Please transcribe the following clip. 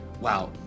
wow